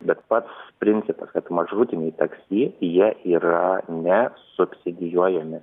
bet pats principas kad maršrutiniai taksi jie yra ne subsidijuojami